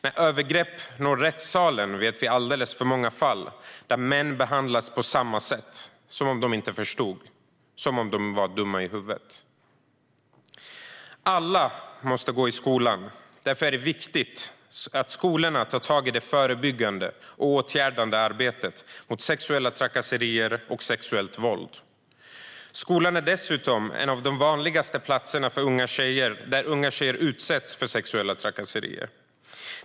Och det finns alltför många fall där män vars övergrepp når rättssalen behandlas på samma sätt - som om de inte förstod, som om de var dumma i huvudet. Alla måste gå i skolan. Därför är det viktigt att skolorna tar tag i det förebyggande och åtgärdande arbetet mot sexuella trakasserier och sexuellt våld. Skolan är dessutom en av de vanligaste platserna där unga tjejer utsätts för sexuella trakasserier.